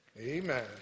Amen